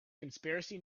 conspiracy